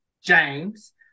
James